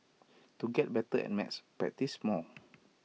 to get better at maths practise more